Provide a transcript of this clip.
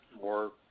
more